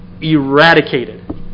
eradicated